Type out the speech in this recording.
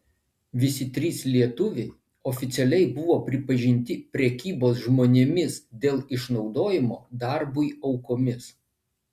visi trys lietuviai oficialiai buvo pripažinti prekybos žmonėmis dėl išnaudojimo darbui aukomis